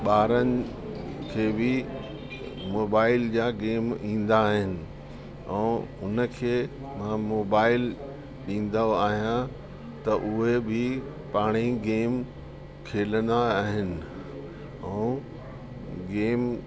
ॿारनि खे बि मोबाइल जा गेम ईंदा आहिनि ऐं हुन खे मां मोबाइल ॾींदो आहियां त उहे बि पाणे ई गेम खेलंदा आहिनि ऐं गेम